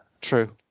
True